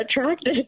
attracted